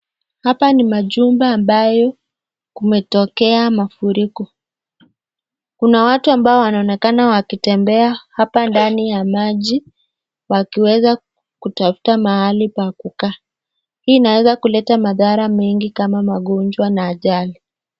Hapa ni majumba ambayo kumetokea mafuriko. Kuna watu ambao wanaonekana wakitembea hapa ndani ya maji wakiweza kutafuta mahali pa kukaa. Hii inaweza kuleta madhara mengi kama magonjwa na ajali.